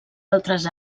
altres